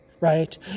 right